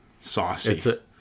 saucy